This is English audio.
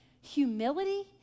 humility